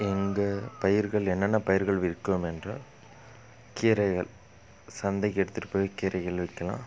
எங்கள் பயிர்கள் என்னென்ன பயிர்கள் விற்கிறோம் என்றால் கீரைகள் சந்தைக்கு எடுத்துகிட்டு போய் கீரைகள் விற்கலாம்